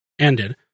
ended